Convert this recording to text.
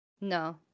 no